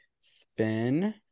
spin